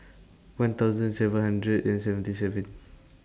one thousand seven hundred and seventy seven